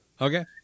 okay